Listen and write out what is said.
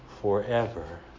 forever